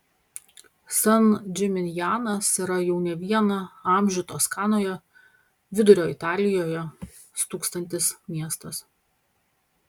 san džiminjanas yra jau ne vieną amžių toskanoje vidurio italijoje stūksantis miestas